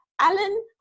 Alan